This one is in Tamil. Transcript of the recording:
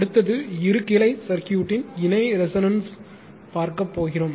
அடுத்தது இரு கிளை சர்க்யூட்ன் இணை ரெசோனன்ஸ் பார்க்க போகிறோம்